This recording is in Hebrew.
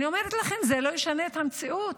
אני אומרת לכם, זה לא ישנה את המציאות.